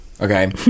Okay